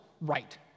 right